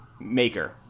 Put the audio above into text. maker